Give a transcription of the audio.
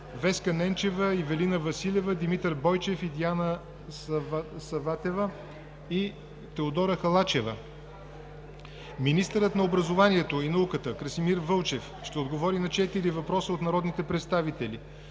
Веска Ненчева; Ивелина Василева, Димитър Бойчев и Диана Саватева; и Теодора Халачева. - Министърът на образованието и науката Красимир Вълчев ще отговори на четири въпроса от народните представители